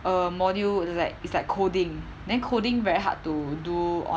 err module like it's like coding then coding very hard to do on